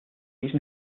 these